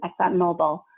ExxonMobil